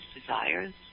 desires